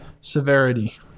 severity